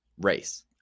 race